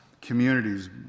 communities